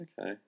okay